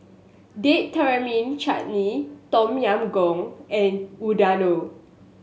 Date Chutney Tom Yam Goong and Unadon